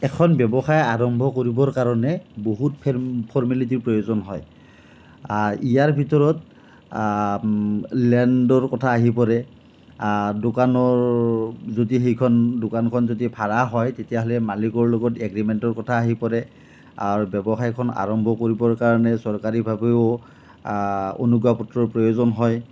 এখন ব্যৱসায় আৰম্ভ কৰিবৰ কাৰণে বহুত ফৰ্মেলিটীৰ প্ৰয়োজন হয় ইয়াৰ ভিতৰত লেণ্ডৰ কথা আহি পৰে দোকানৰ যদি সেইখন দোকানখন যদি ভাড়া হয় তেতিয়াহ'লে মালিকৰ লগত এগ্ৰিমেণ্টৰ কথা আহি পৰে আৰু ব্যৱসায়খন আৰম্ভ কৰিবৰ কাৰণে চৰকাৰীভাৱেও অনুজ্ঞাপত্ৰৰ প্ৰয়োজন হয়